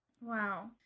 Wow